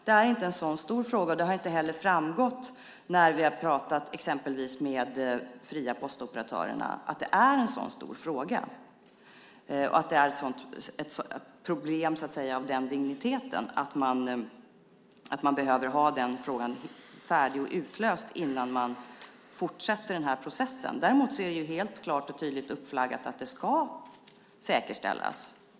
Det är inte en så stor fråga, och det har inte heller framgått att det är så när vi pratat med exempelvis de fria postoperatörerna och inte heller att det är ett problem som är av den digniteten att man behöver ha frågan färdig och utlöst innan man fortsätter den här processen. Däremot är det helt klart och tydligt flaggat för att det ska säkerställas.